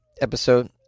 episode